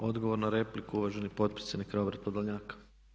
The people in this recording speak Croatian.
Odgovor na repliku uvaženi potpredsjednik Robert Podolnjak.